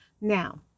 Now